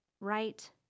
right